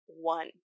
one